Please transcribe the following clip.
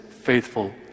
Faithful